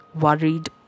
worried